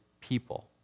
people